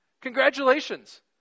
Congratulations